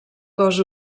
cos